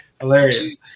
Hilarious